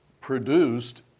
produced